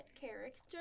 character